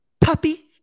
puppy